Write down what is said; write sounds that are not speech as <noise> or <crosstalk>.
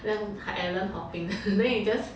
island hopping <laughs> then you just